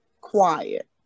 quiet